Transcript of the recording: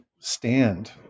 stand